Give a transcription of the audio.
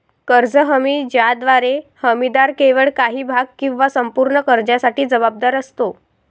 कर्ज हमी ज्याद्वारे हमीदार केवळ काही भाग किंवा संपूर्ण कर्जासाठी जबाबदार असतो